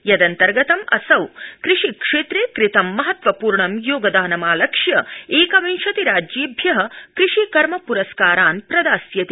यदन्तर्गतं असौ कृषि क्षेत्रे कृतं महत्वपूर्णं योगदानमालक्ष्य एकविंशतिराज्येभ्य कृषिकर्म पुरस्कारान् प्रदास्यति